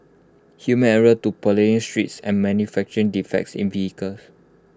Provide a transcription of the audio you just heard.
human error to potholed streets and manufacturing defects in vehicles